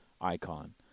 icon